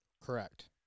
Correct